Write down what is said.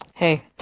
Hey